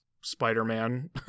Spider-Man